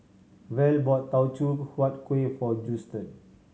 Val bought Teochew Huat Kueh for Justen